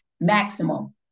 maximum